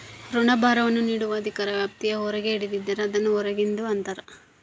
ಋಣಭಾರವನ್ನು ನೀಡುವ ಅಧಿಕಾರ ವ್ಯಾಪ್ತಿಯ ಹೊರಗೆ ಹಿಡಿದಿದ್ದರೆ, ಅದನ್ನು ಹೊರಗಿಂದು ಅಂತರ